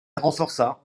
renforça